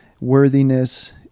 worthiness